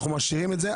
אנחנו משאירים את זה.